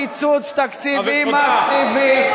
לעבר קיצוץ תקציבי מסיבי,